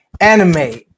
Anime